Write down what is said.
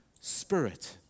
spirit